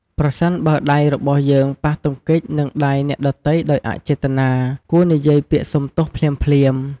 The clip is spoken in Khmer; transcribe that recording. ប្រសិនបើដៃរបស់យើងប៉ះទង្គិចនឹងដៃអ្នកដទៃដោយអចេតនា គួរនិយាយពាក្យសុំទោសភ្លាមៗ។